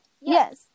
Yes